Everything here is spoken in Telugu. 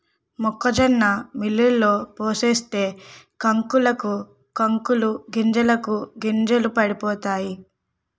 మొక్కజొన్న మిల్లులో పోసేస్తే కంకులకు కంకులు గింజలకు గింజలు పడిపోతాయి